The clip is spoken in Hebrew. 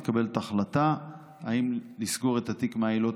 מתקבלת החלטה אם לסגור את התיק מהעילות